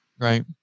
Right